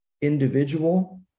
individual